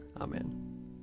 Amen